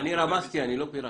אני רמזתי, אני לא פירטתי.